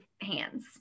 hands